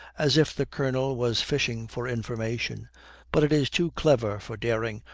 as if the colonel was fishing for information but it is too clever for dering,